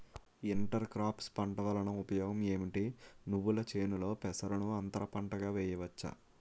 Inter crops పంట వలన ఉపయోగం ఏమిటి? నువ్వుల చేనులో పెసరను అంతర పంటగా వేయవచ్చా?